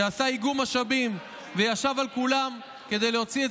שעשה איגום משאבים וישב על כולם כדי להוציא את